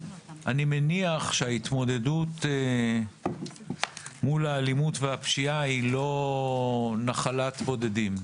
אני מניח שההתמודדות מול האלימות והפשיעה היא לא נחלת בודדים.